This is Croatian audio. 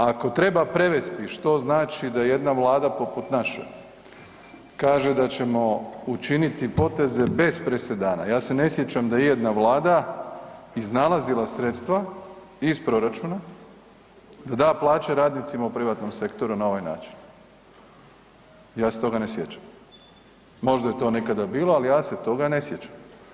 Ako treba prevesti što znači da jedna vlada poput naše kaže da ćemo učiniti poteze bez presedana, ja se ne sjećam da je ijedna vlada iznalazila sredstva iz proračuna da da plaće radnicima u privatnom sektoru na ovaj način, ja se toga ne sjećam, možda je to nekada bilo, ali ja se toga ne sjećam.